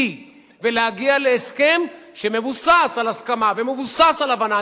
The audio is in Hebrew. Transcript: ולהגיע להסכם שמבוסס על הסכמה ומבוסס על הבנה.